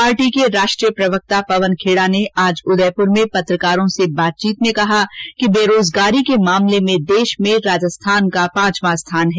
party के राष्ट्रीय प्रवक्ता पवन खेडा ने आज उदयपुर में पत्रकारों से बातचीत में कहा कि बेरोजगारी के मामले में देष में राजस्थान का पांचवां स्थान है